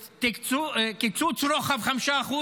קיצוץ רוחבי 5%?